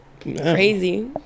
crazy